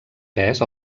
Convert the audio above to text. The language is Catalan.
pes